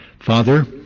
Father